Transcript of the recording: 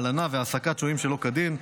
הלנה והעסקת שוהים שלא כדין,